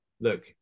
look